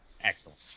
excellent